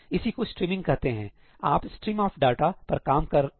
इसी को स्ट्रीमिंग कहते हैं आप सट्रीम ऑफ डाटा पर काम कर रहे हैं